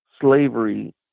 slavery